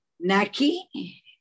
naki